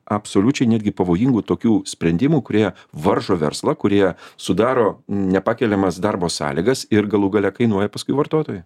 absoliučiai netgi pavojingų tokių sprendimų kurie varžo verslą kurie sudaro nepakeliamas darbo sąlygas ir galų gale kainuoja paskui vartotoją